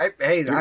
Hey